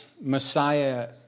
Messiah